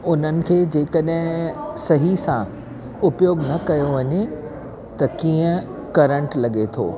उन्हनि खे जे कॾहिं सही सां उपयोगु न कयो वञे त कीअं करंट लॻे थो